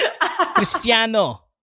Cristiano